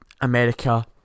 America